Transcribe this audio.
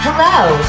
Hello